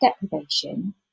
deprivation